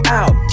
out